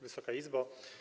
Wysoka Izbo!